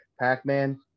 Pac-Man